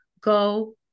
go